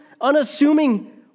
unassuming